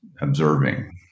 observing